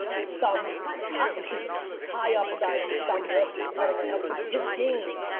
some hot, excuse me. high upside some risk, depending on how, but his game,